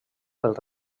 pel